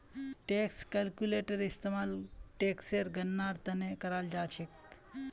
tax calculator इस्तेमाल टेक्सेर गणनार त न कराल जा छेक